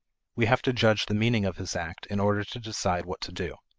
we have to judge the meaning of his act in order to decide what to do.